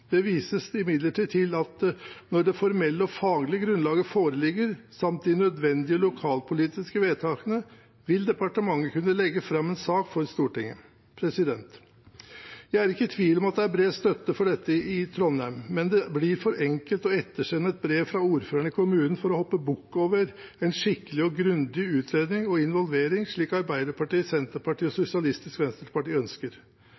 Det vises imidlertid til at når det formelle og faglige grunnlaget foreligger, samt de nødvendige lokalpolitiske vedtakene, vil departementet kunne legge fram en sak for Stortinget. Jeg er ikke i tvil om at det er bred støtte for dette i Trondheim, men det blir for enkelt å ettersende et brev fra ordføreren i kommunen for å hoppe bukk over en skikkelig og grundig utredning og involvering, slik Arbeiderpartiet, Senterpartiet og Sosialistisk Venstreparti ønsker.